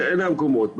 אלה המקומות.